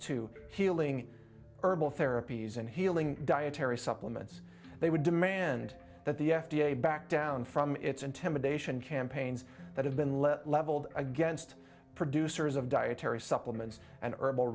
to healing herbal therapies and healing dietary supplements they would demand that the f d a back down from its intimidation campaigns that have been let levelled against producers of dietary supplements and herbal